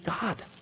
God